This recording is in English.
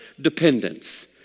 dependence